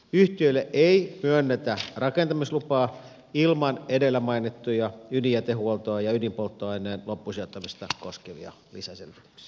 yhtiölle ei myönnetä rakentamislupaa ilman edellä mainittuja ydinjätehuoltoa ja ydinpolttoaineen loppusijoittamista koskevia lisäselvityksiä